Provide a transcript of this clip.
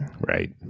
Right